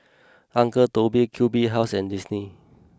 Uncle Toby's Q B House and Disney